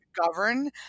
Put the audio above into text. govern